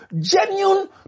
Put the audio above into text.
genuine